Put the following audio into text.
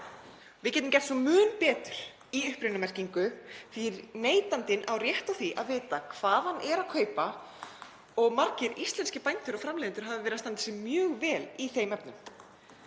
Við getum gert mun betur í upprunamerkingu því að neytandinn á rétt á því að vita hvað hann er að kaupa og margir íslenskir bændur og framleiðendur hafa verið að standa sig mjög vel í þeim efnum.